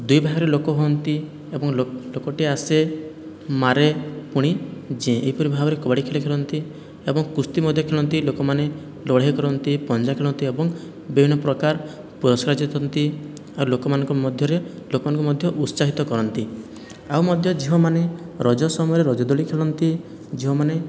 ଦୁଇ ଭାଗରେ ଲୋକ ହୁଅନ୍ତି ଏବଂ ଲୋକଟିଏ ଆସେ ମାରେ ପୁଣି ଜୀଏଁ ଏହିପରି ଭାବରେ କବାଡ଼ି ଖେଳ ଖେଳନ୍ତି ଏବଂ କୁସ୍ତି ମଧ୍ୟ ଖେଳନ୍ତି ଲୋକମାନେ ଲଢ଼େଇ କରନ୍ତି ପଞ୍ଝା ଖେଳନ୍ତି ଏବଂ ବିଭିନ୍ନ ପ୍ରକାର ପୁରସ୍କାର ଜିତନ୍ତି ଆଉ ଲୋକମାନଙ୍କ ମଧ୍ୟରେ ଲୋକମାନଙ୍କୁ ମଧ୍ୟ ଉତ୍ସାହିତ କରନ୍ତି ଆଉ ମଧ୍ୟ ଝିଅମାନେ ରଜ ସମୟରେ ରଜ ଦୋଲି ଖେଳନ୍ତି ଝିଅମାନେ